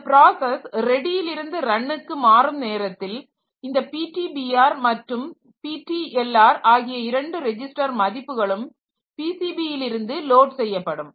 இந்தப் பிராசஸ் ரெடியில் இருந்து ரன்னுக்கு மாறும் நேரத்தில் இந்த PTBR மற்றும் PTLR ஆகிய இரண்டு ரெஜிஸ்டர் மதிப்புகளும் PCB லிருந்து லோட் செய்யப்படும்